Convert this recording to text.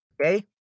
Okay